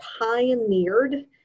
pioneered